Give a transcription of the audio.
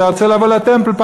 אתה רוצה לבוא לטמפל?